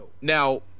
Now